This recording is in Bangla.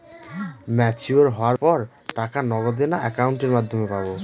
ম্যচিওর হওয়ার পর টাকা নগদে না অ্যাকাউন্টের মাধ্যমে পাবো?